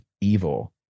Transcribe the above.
evil